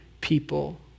people